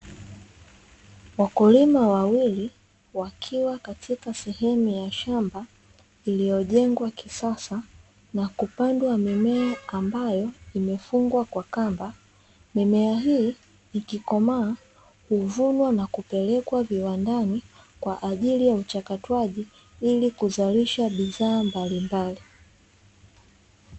Wakulima wawili wakiwa katika sehemu ya shamba, lilijengwa kisasa na kupandwa mimea ambayo imefungwa kwa kamba, mimea hii ikikomaa, huvunwa na kupelekwa kiwandani kwa ajili ya uchakataji wa bidhaa mbalimbali.